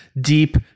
deep